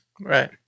Right